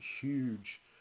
huge